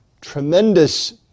tremendous